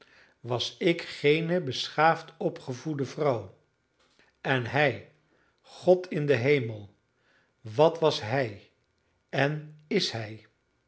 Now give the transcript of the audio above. was ik geene beschaafd opgevoede vrouw en hij god in den hemel wat was hij en is hij